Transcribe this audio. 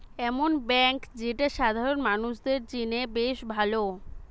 এমন বেঙ্ক যেটা সাধারণ মানুষদের জিনে বেশ ভালো